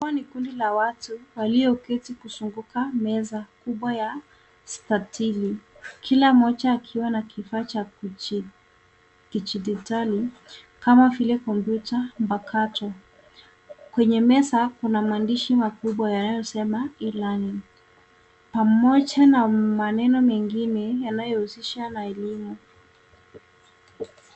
Hawa ni kundi la watu walioketi kuzunguka meza ya mstatili. Kila mmoja akiwa na kifaa chadigitali kama vile kompyuta mpakato. Kwenye meza kuna maandishi yanayosema ilani. Pamoja na maneno mengine yanayohusishwa na elimu.